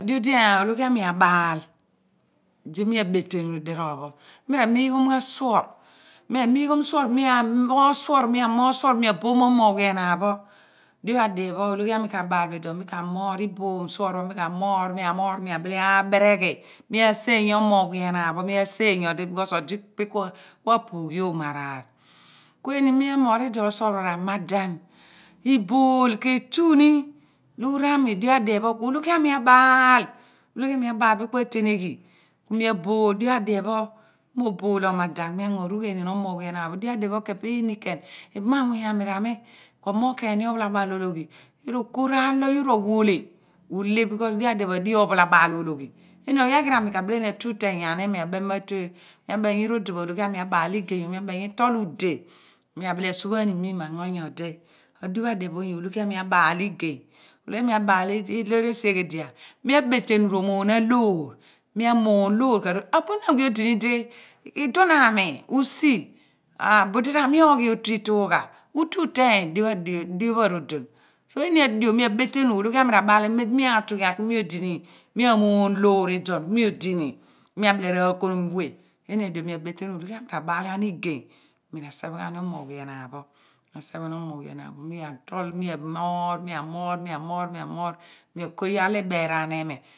Dio di ologhi ami abal di mi abetenu diroor pho mira mighim ghan suor mi amighom suor mi amoor suor mi amoor suor mi abom omogha awe enaan pho diopha diepho ologhi ami ka bal bo iduo pho mi ka moor riboom suor pho mi ka moor mi amoor ku mi abile abereghi mi asseeny omoghwe enaan b/kos odi bin ku apughi oomo araar ku eeni mi amoor iduon suor phe ramaden ibol ke tu ni loor ami dio adiepho ologhi ami abal bin ku atenghi ku mi abol dio pha diepho mi mobol omadan mi ango rughuenian omoghawe enaan pho dio pha dien pho khen pe eeni khen ibem anmuuny ami ra mi ko mogh khen ni ophalabal ologhi yoor oko raar lo yoor ro wa oleh oleh b/kos dio pha diphe pho adio ophalabal ologhi eeni oyaghiri ami ka bileni atu uteenya ni imi aben mo tue mi aben nyi rodon pho ologhi ami abal igey mi abem nyi tol ude mi abile asophaan miim ango nyodi adio pha diepho ologhi ami abel igey ologhi abal loor esi eghi di yar mi abetenu ro moon aloor mi amoon loor abuniin awe odini di idnon ami usi abudi ra mi oghi otu iitugha ute uteeny dio pha rodon eeni adio mi abetenn ologhi rabal ghaani mem di mi aatughien ku mi odini mi amon loor iduon mi odini mi abile ra konom we eeeni adio mi abetenu ologhi ka bal ghan igey mi ra seph gha ni omoghwe enaan pho mi ra sephni ghaani omoghwe enaan pho mi atol mi amoor mi amoor mi amoor mi ako yar lo iberaan ni imi